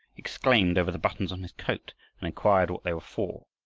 exclaimed over the buttons on his coat, and inquired what they were for.